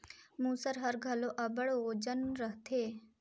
मूसर हर घलो अब्बड़ ओजन रहथे